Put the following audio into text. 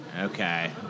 Okay